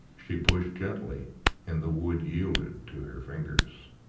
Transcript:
she pushed gently and the wood yielded to her fingers.